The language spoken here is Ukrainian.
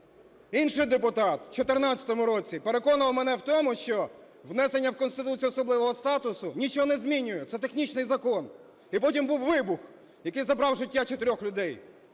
Інший депутат в 14-му році переконував мене в тому, що внесення в Конституцію особливого статусу нічого не змінює, це технічний закон. І потім був вибух, який забрав життя 4 людей.